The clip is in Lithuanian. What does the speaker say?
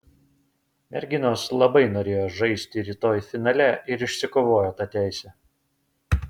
merginos labai norėjo žaisti rytoj finale ir išsikovojo tą teisę